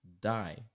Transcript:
die